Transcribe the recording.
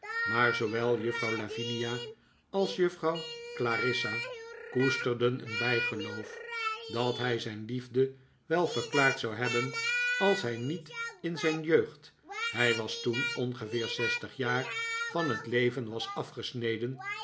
maar zoowel juffrouw lavinia als juffrouw clarissa koesterden een bijgeloof dat hij zijn liefde wel verklaard zou hebben als hij niet in zijn jeugd hij was toen ongeveer zestig jaar van het leven was afgesneden